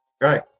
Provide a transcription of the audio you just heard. Right